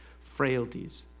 frailties